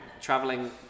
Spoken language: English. traveling